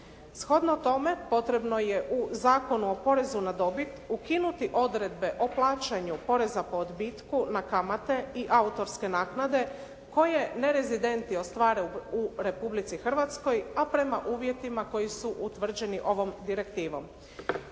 Shodno tome potrebno je u Zakonu o poreznu na dobit, ukinuti odredbe o plaćanju poreza po odbitku na kamate i autorske naknade koje nerezidentni ostvaruju u Republici Hrvatskoj, a prema uvjetima koji su utvrđeni ovom direktivom.